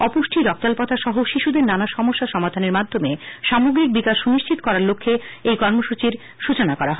অপুষ্টি রক্তাল্পতা সহ শিশুদের নানা সমস্যা সমাধানের মাধ্যমে সামগ্রিক বিকাশ সুনিশ্চিত করার লক্ষ্যে এই কর্মসূচির সূচনা করা হয়